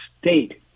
state